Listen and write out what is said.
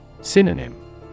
Synonym